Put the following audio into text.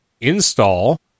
install